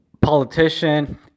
politician